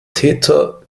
täter